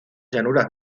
llanuras